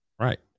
right